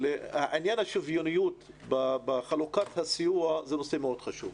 שעניין השוויוניות בחלוקת הסיוע הוא נושא מאוד חשוב.